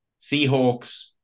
seahawks